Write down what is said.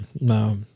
no